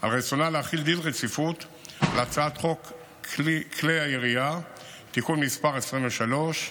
על רצונה להחיל דין רציפות על הצעת חוק כלי הירייה (תיקון מס' 23),